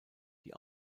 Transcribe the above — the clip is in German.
die